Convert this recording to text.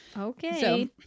Okay